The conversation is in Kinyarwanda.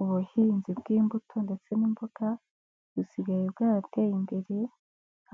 Ubuhinzi bw'imbuto ndetse n'imboga busigaye bwarateye imbere,